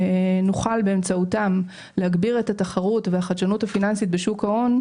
שנוכל באמצעותם להגביר את התחרות והחדשנות הפיננסית בשוק ההון,